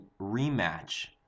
rematch